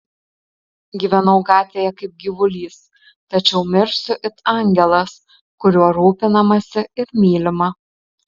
gyvenau gatvėje kaip gyvulys tačiau mirsiu it angelas kuriuo rūpinamasi ir mylima